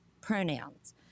pronouns